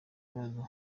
ibibazo